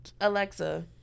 Alexa